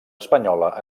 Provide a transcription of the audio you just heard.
espanyola